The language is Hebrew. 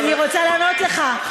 אבל אני רוצה לענות לך.